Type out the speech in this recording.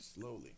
slowly